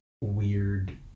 weird